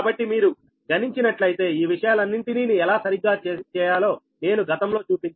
కాబట్టి మీరు గణించినట్లయితే ఈ విషయాలన్నింటినీ ఎలా సరిగ్గా చేయాలో నేను గతంలో చూపించాను